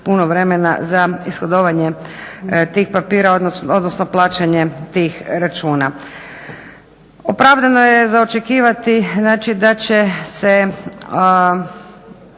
puno vremena za ishodovanje tih papira, odnosno plaćanje tih računa. Opravdano je za očekivati, znači da će se